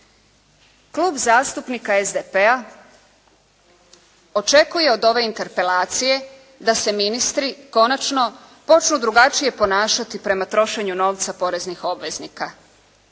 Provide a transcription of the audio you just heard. Klub zastupnika SDP-a očekuje od ove interpelacije da se ministri konačno počnu drugačije ponašati prema trošenju novca poreznih obveznika.